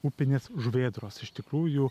upinės žuvėdros iš tikrųjų